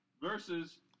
versus